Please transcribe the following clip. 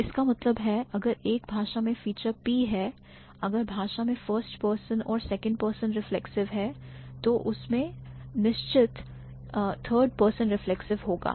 तो इसका मतलब है अगर एक भाषा में फीचर P है अगर भाषा में first person और second person reflexive है तो उसमें निश्चित ही third person reflexive होगा